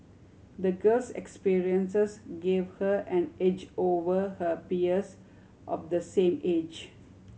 the girl's experiences gave her an edge over her peers of the same age